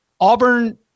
Auburn